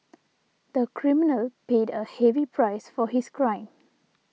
the criminal paid a heavy price for his crime